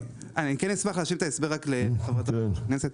אני כן אשמח להשלים את ההסבר לחברת הכנסת.